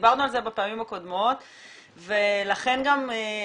דיברנו על זה בפעמים הקודמות ולכן גם אני